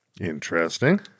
Interesting